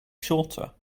shorter